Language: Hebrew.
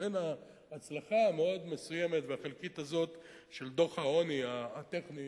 לכן ההצלחה המאוד-מסוימת והחלקית הזאת של דוח העוני הטכני,